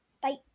bye